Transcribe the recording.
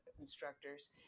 instructors